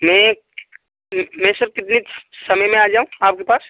मैं मैं सर कितने समय में आ जाऊँ आपके पास